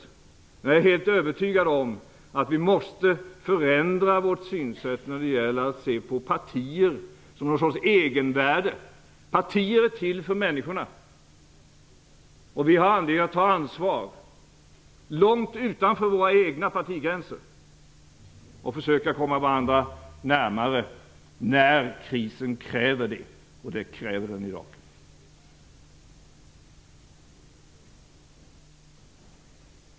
Men jag är helt övertygad om att vi måste förändra vårt synsätt när det gäller att se på partier som någon sorts egenvärde. Partier är till för människorna, och vi har anledning att ta ansvar långt utanför våra egna partigränser och försöka komma varandra närmare när krisen kräver det, och det kräver den i dag.